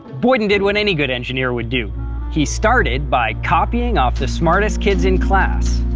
boyden did what any good engineer would do he started by copying off the smartest kids in class.